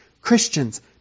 Christians